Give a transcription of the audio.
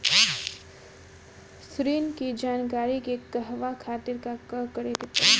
ऋण की जानकारी के कहवा खातिर का करे के पड़ी?